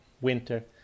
winter